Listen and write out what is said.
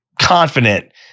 confident